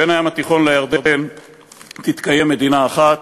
בין הים התיכון לירדן תתקיים מדינה אחת,